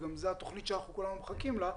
זו התוכנית שכולנו מחכים לה,